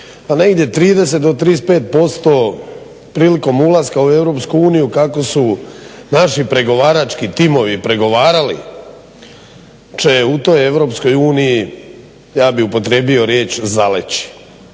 negdje 30 do 35% prilikom ulaska u EU kako su naši pregovarački timovi pregovarali će u toj EU ja bih upotrijebio riječ zaleć,